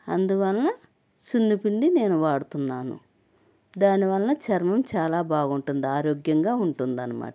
అందువల్ల సున్నిపిండి నేను వాడుతున్నాను దాని వలన చర్మం చాలా బాగుంటుంది ఆరోగ్యంగా ఉంటుందన్నమాట